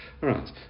right